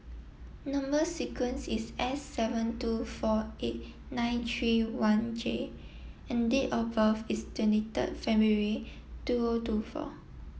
number sequence is S seven two four eight nine three one J and date of birth is twenty third February two O two four